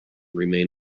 remain